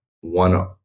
one